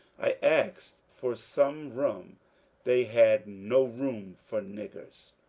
i asked for some room they had no room for niggers.